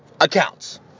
accounts